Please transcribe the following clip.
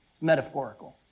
Metaphorical